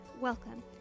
Welcome